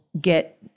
get